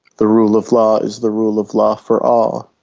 the rule of law is the rule of law for all.